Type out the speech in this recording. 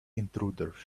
intruders